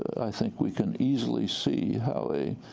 i think we can easily see how a